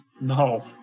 No